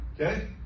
Okay